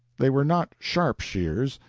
they were not sharp shears,